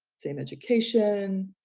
same education,